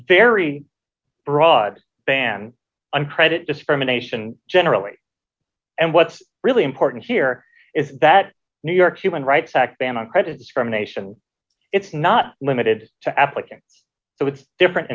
very broad ban on credit discrimination generally and what's really important here is that new york's human rights act than a credit discrimination it's not limited to applicants so it's different